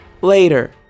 Later